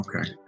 okay